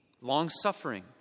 long-suffering